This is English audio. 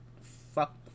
fuck